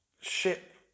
ship